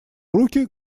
руки